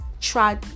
try